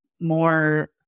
more